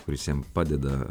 kuris jiem padeda